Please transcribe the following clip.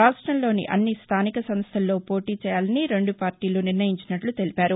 రాష్టంలోని అన్ని స్తానిక సంస్లల్లో పోటీ చేయాలని రెండు పార్షీలు నిర్ణయించినట్లు తెలిపారు